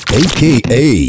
aka